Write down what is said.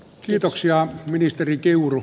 kiitoksia ministeri kiuru